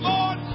Lord